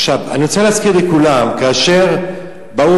עכשיו אני רוצה להזכיר לכולם: כאשר באו